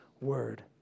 word